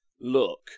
look